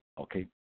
Okay